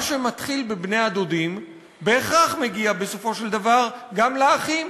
מה שמתחיל בבני-הדודים בהכרח מגיע בסופו של דבר גם לאחים,